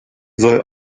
soll